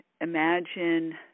imagine